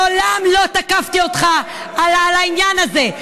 מעולם לא תקפתי אותך על העניין הזה.